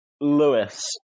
Lewis